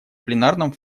пленарном